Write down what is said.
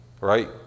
Right